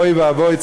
אוי ואבוי,